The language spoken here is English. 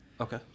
Okay